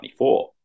2024